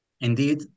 Indeed